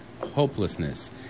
hopelessness